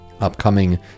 upcoming